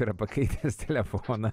yra pakeitęs telefoną